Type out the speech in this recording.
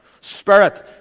Spirit